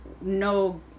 No